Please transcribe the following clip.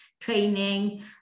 training